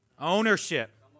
Ownership